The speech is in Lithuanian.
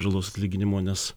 žalos atlyginimo nes